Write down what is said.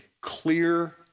clear